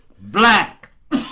Black